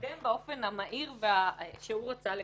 מלקדם באופן המהיר שהוא רצה לקדם.